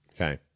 Okay